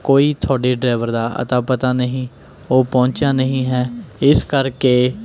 ਕੋਈ ਥੋਡੇ ਤੁਹਾਡੇ ਦਾ ਅਤਾ ਪਤਾ ਨਹੀਂ ਉਹ ਪਹੁੰਚਿਆ ਨਹੀਂ ਹੈ ਇਸ ਕਰਕੇ